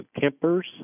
campers